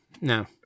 No